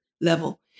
level